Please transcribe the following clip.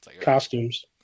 costumes